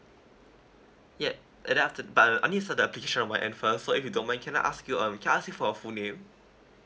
yup and then after th~ but uh I need to set the application on my end first so if you don't mind can I ask you um can I ask you for a full name